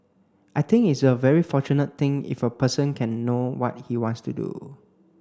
I think it's a very fortunate thing if a person can know what he wants to do